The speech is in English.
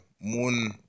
moon